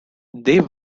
they